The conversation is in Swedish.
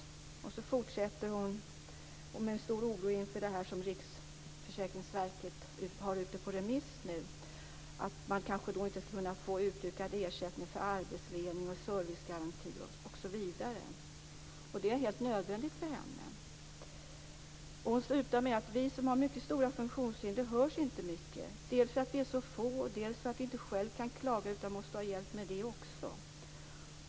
Hon fortsätter med att uttrycka stor oro för den rapport som Riksförsäkringsverket har på remiss och för att man kanske inte skall kunna få utökad ersättning för arbetsledning, servicegaranti osv. Det är helt nödvändigt för henne. Hon avslutar med att skriva: Vi som har mycket stora funktionshinder hörs inte mycket, dels för att vi är så få, dels för att vi själva inte kan klaga utan måste ha hjälp med det också.